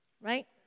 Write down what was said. Right